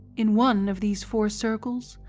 in one of these four circles,